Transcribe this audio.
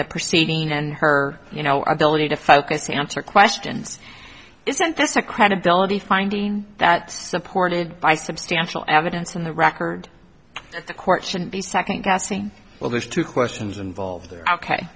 the proceeding and her you know ability to focus to answer questions isn't this a credibility finding that supported by substantial evidence in the record at the court shouldn't be second guessing well there's two questions involved